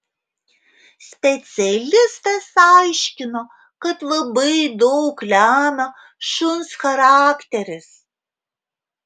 specialistas aiškino kad labai daug lemia šuns charakteris